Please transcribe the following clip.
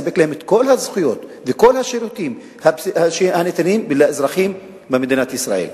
לספק להם את כל הזכויות וכל השירותים הניתנים לאזרחים במדינת ישראל.